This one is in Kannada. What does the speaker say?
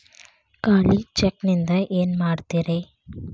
ಖಾಲಿ ಚೆಕ್ ನಿಂದ ಏನ ಮಾಡ್ತಿರೇ?